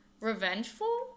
revengeful